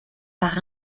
par